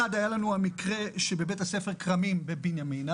מקרה אחד היה בבית ספר כרמים בבנימינה,